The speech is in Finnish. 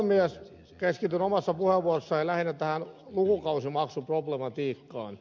keskityn omassa puheenvuorossani lähinnä tähän lukukausimaksuproblematiikkaan